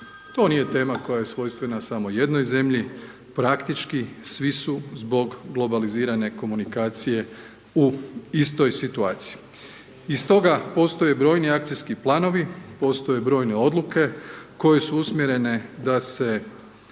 To nije tema koja je svojstvena samo jednoj zemlji, praktički svi su zbog globalizirane komunikacije u istoj situaciji i stoga postoje brojni akcijski planovi, postoje brojne odluke, koje su usmjerene da se